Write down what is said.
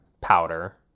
powder